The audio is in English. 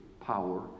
power